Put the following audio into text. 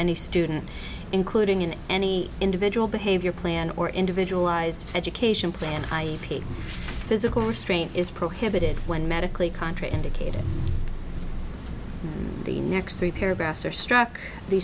any student including in any individual behavior plan or individual ised education plan physical restraint is prohibited when medically contraindicated the next three paragraphs are struck the